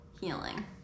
healing